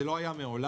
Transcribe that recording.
זה לא היה מעולם.